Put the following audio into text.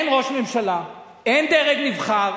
אין ראש ממשלה, אין דרג נבחר,